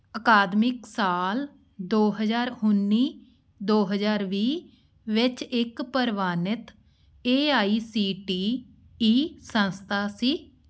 ਅਕਾਦਮਿਕ ਸਾਲ ਦੋ ਹਜ਼ਾਰ ਉੱਨੀ ਦੋ ਹਜ਼ਾਰ ਵੀਹ ਵਿੱਚ ਇੱਕ ਪ੍ਰਵਾਨਿਤ A I C T E ਸੰਸਥਾ ਸੀ